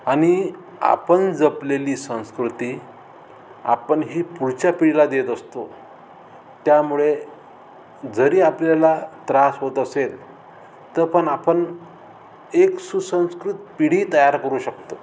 आणि आपण जपलेली संस्कृती आपण ही पुढच्या पिढीला देत असतो त्यामुळे जरी आपल्याला त्रास होत असेल तर पण आपण एक सुसंस्कृत पिढी तयार करू शकतो